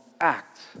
act